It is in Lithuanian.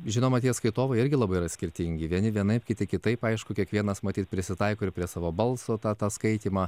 žinoma tie skaitovai irgi labai yra skirtingi vieni vienaip kiti kitaip aišku kiekvienas matyt prisitaiko ir prie savo balso tą tą skaitymą